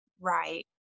Right